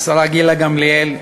השרה גילה גמליאל,